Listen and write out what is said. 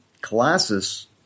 Colossus